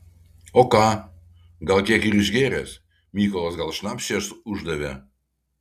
o ką gal kiek ir išgėręs mykolas gal šnapšės uždavė